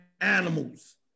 animals